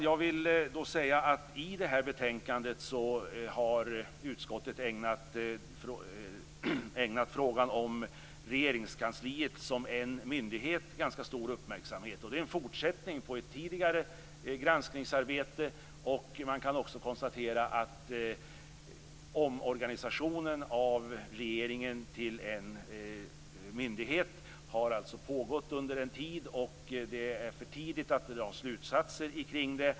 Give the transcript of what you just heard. Jag vill säga att utskottet i det här betänkandet har ägnat frågan om Regeringskansliet som myndighet ganska stor uppmärksamhet. Det är en fortsättning på ett tidigare granskningsarbete. Man kan också konstatera att omorganisationen av regeringen till en myndighet har pågått under en tid men att det är för tidigt att dra slutsatser av det.